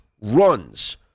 runs